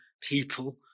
people